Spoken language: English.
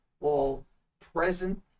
all-present